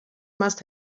must